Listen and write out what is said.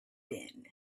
din